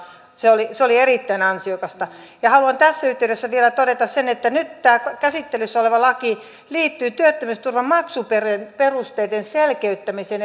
se oli se oli erittäin ansiokasta haluan tässä yhteydessä vielä todeta sen että nyt tämä käsittelyssä oleva laki liittyy työttömyysturvan maksuperusteiden selkeyttämiseen